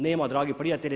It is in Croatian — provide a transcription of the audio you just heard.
Nema dragi prijatelji.